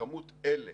שכמות אלה